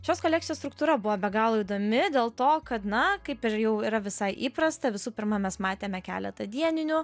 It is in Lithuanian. šios kolekcijos struktūra buvo be galo įdomi dėl to kad na kaip ir jau yra visai įprasta visų pirma mes matėme keletą dieninių